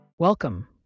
Welcome